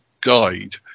guide